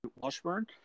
Washburn